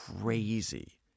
crazy